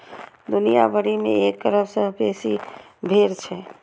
दुनिया भरि मे एक अरब सं बेसी भेड़ छै